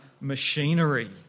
machinery